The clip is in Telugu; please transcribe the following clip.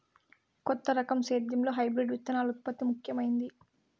కొత్త రకం సేద్యంలో హైబ్రిడ్ విత్తనాల ఉత్పత్తి ముఖమైంది